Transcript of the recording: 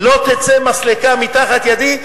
לא תצא מסלקה מתחת ידי,